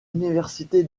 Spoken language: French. université